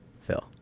Phil